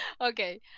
Okay